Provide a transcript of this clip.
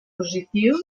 positiu